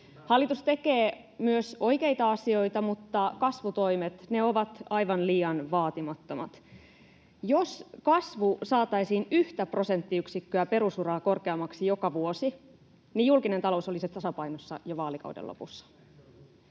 Hallitus tekee myös oikeita asioita, mutta kasvutoimet ovat aivan liian vaatimattomat. Jos kasvu saataisiin yhtä prosenttiyksikköä perusuraa korkeammaksi joka vuosi, niin julkinen talous olisi tasapainossa jo vaalikauden lopussa.